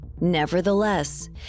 Nevertheless